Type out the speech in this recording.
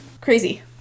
crazy